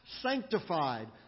sanctified